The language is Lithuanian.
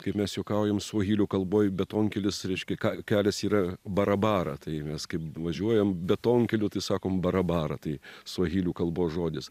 kaip mes juokaujam suahilių kalboj betonkelis reiškia ką kelias yra barabara tai mes kaip važiuojam betonkeliu tai sakom barabara tai suahilių kalbos žodis